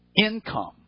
income